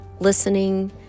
listening